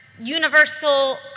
universal